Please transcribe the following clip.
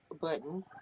button